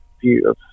view